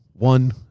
One